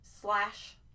slash